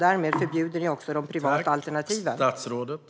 Därmed förbjuder ni också de privata alternativen.